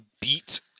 beat